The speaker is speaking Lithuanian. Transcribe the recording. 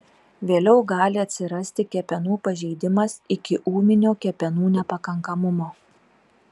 vėliau gali atsirasti kepenų pažeidimas iki ūminio kepenų nepakankamumo